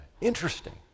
Interesting